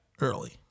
Early